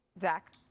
Zach